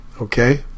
Okay